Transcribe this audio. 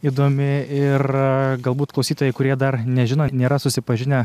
įdomi ir galbūt klausytojai kurie dar nežino nėra susipažinę